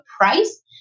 price